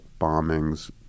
bombings